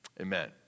Amen